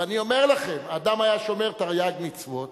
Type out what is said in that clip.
ואני אומר לכם: האדם היה שומר תרי"ג מצוות